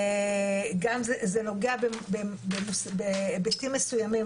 זה נוגע בהיבטים מסוימים,